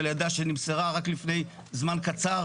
היא נמסרה רק לפני זמן קצר